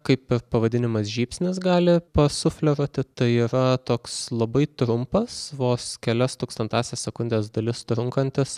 kaip pe pavadinimas žybsnis gali pasufleruoti tai yra toks labai trumpas vos kelias tūkstantąsias sekundės dalis trunkantis